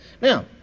now